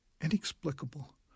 inexplicable